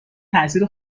تأثیر